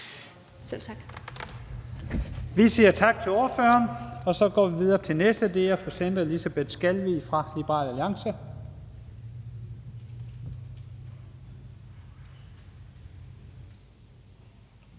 Jensen): Vi siger tak til ordføreren, og så går vi videre til den næste, og det er fru Sandra Elisabeth Skalvig fra Liberal Alliance.